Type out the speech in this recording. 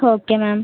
okay ma'am